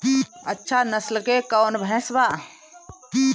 अच्छा नस्ल के कौन भैंस बा?